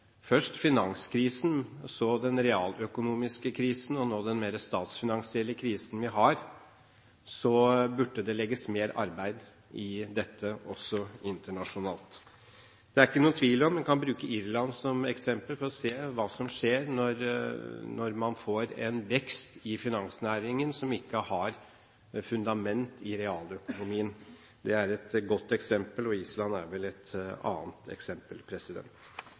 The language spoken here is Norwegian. først finanskrisen, så den realøkonomiske krisen og nå den mer statsfinansielle krisen vi har, burde det legges mer arbeid i dette også internasjonalt – det er det ikke noen tvil om. En kan bruke Irland som eksempel for å se hva som skjer når man får en vekst i finansnæringen som ikke har fundament i realøkonomien. Det er et godt eksempel, og Island er vel et annet eksempel.